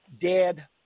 dead